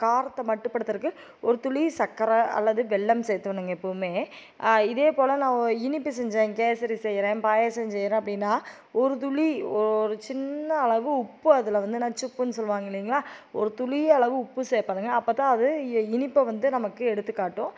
காரத்தை மட்டுப்படுத்துறதுக்கு ஒரு துளி சக்கரை அல்லது வெல்லம் சேத்துக்கணுங்க எப்போதுமே இதேபோல் நான் இனிப்பு செஞ்சேன் கேசரி செய்கிறேன் பாயசம் செய்கிறேன் அப்படின்னா ஒரு துளி ஒரு சின்ன அளவு உப்பு அதில் வந்துனா சுப்புன்னு சொல்வாங்க இல்லைங்களா ஒரு துளி அளவு உப்பு சேப்பேங்க அப்போ தான் அது இனிப்பை வந்து நமக்கு எடுத்து காட்டும்